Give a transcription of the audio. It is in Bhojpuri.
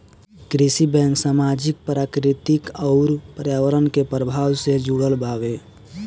कृषि बैंक सामाजिक, प्राकृतिक अउर पर्यावरण के प्रभाव से जुड़ल बावे